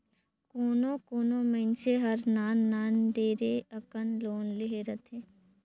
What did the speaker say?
कोनो कोनो मइनसे हर नान नान ढेरे अकन लोन लेहे रहथे